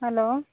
hello